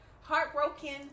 heartbroken